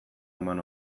eman